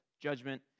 judgment